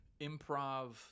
improv